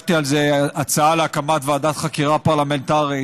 הגשתי על זה הצעה להקמת ועדת חקירה פרלמנטרית,